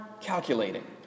calculating